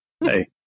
Hey